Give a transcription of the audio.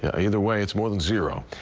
yeah either way, it's more than zero.